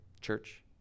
church